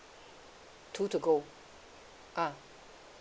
two to go ah